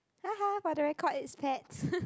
haha for the record it's pets